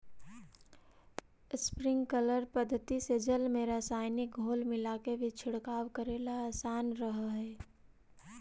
sprinkler पद्धति से जल में रसायनिक घोल मिलाके भी छिड़काव करेला आसान रहऽ हइ